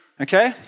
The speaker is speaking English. okay